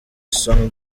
song